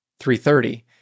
330